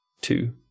two